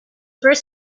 first